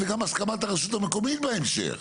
וגם הסכמת הרשות המקומית בהמשך.